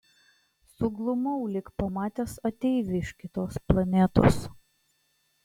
suglumau lyg pamatęs ateivį iš kitos planetos